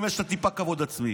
אם יש לה טיפה כבוד עצמי.